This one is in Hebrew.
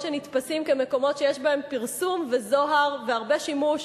שנתפסים כמקומות שיש בהם פרסום וזוהר והרבה שימוש,